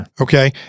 Okay